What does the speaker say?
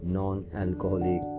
non-alcoholic